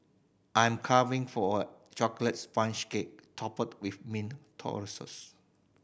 I am carving for a chocolate sponge cake topped with mint